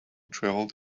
traveled